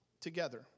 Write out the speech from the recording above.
together